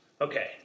okay